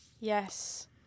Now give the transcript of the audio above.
yes